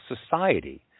society